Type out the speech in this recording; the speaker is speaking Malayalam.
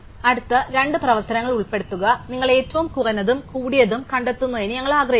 അടുത്ത രണ്ട് പ്രവർത്തനങ്ങൾ ഉൾപ്പെടുത്തുക നിങ്ങൾ ഏറ്റവും കുറഞ്ഞതും കൂടിയതും കണ്ടെത്തുന്നതിന് ഞങ്ങൾ ആഗ്രഹിക്കുന്നു